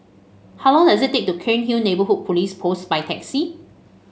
how long does it take to Cairnhill Neighbourhood Police Post by taxi